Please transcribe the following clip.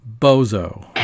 Bozo